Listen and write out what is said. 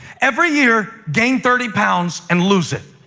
every year, gain thirty pounds and lose it,